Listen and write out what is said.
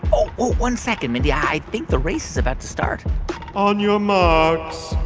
oh. oh, one second, mindy. i think the race is about to start on your marks,